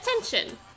attention